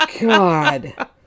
God